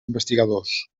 investigadors